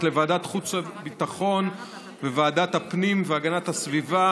לוועדת החוץ והביטחון ולוועדת הפנים והגנת הסביבה